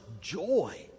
joy